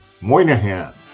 Moynihan